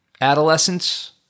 adolescence